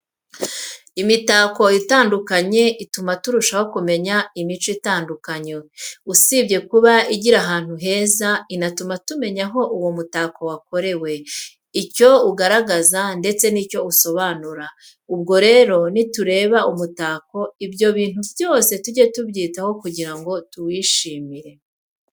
Imitako itandukanye ituma turushaho kumenya imico itandukanye. Usibye kuba igira ahantu heza, inatuma tumenya aho uwo mutako wakorewe, icyo ugaragaza, ndetse n'icyo usobanura. Ubwo rero nitureba umutako ibyo bintu byose tujye tubyitaho kugira ngo tuwishimire.